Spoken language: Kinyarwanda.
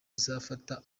izafata